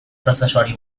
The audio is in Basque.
prozesuari